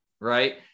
right